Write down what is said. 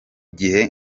gihe